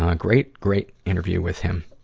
ah great, great interview with him.